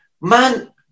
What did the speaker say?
man